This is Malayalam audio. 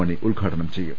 മണി ഉദ്ഘാടനം ചെയ്യും